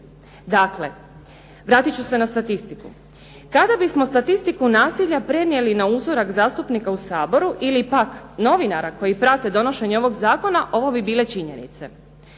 Dakle, vratit ću se na statistiku. Kada bismo statistiku nasilja prenijeli na uzorak zastupnika u Saboru ili pak novinara koji prate donošenje ovog zakona ovo bi bile činjenice.